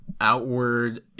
outward